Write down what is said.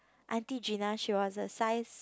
aunty Gina she was a size